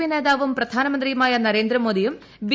P നേത്യുവും പ്രധാനമന്ത്രിയുമായ നരേന്ദ്രമോദിയും ബി